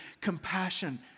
Compassion